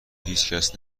هیچکس